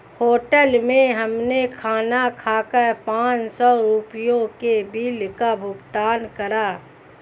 hotel में हमने खाना खाकर पाँच सौ रुपयों के बिल का भुगतान करा